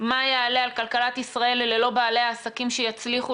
מה יעלה בגורל כלכלת ישראל ללא בעלי העסקים שיצליחו